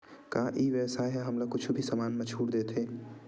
का ई व्यवसाय ह हमला कुछु भी समान मा छुट देथे?